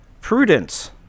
Prudence